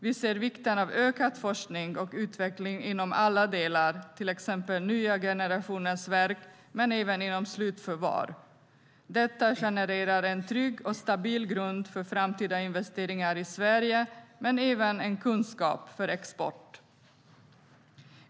Vi ser vikten av ökad forskning och utveckling inom alla delar, till exempel när det gäller nya generationens verk men även inom slutförvar. Detta genererar en trygg och stabil grund för framtida investeringar i Sverige men även en kunskap för export.